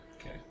Okay